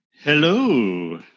Hello